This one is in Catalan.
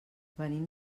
venim